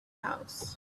house